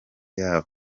yabo